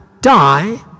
die